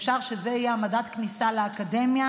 אפשר שזה יהיה מדד הכניסה לאקדמיה,